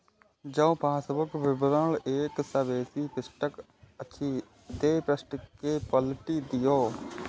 जौं पासबुक विवरण एक सं बेसी पृष्ठक अछि, ते पृष्ठ कें पलटि दियौ